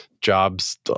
jobs